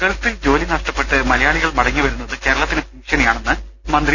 ഗൾഫിൽ ജോലി നഷ്ടപ്പെട്ട് മലയാളികൾ മടങ്ങി വരുന്നത് കേരളത്തിന് ഭീഷണിയാണെന്ന് മന്ത്രി ഡോ